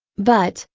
but,